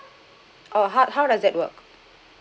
oh how how does that work